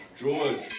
George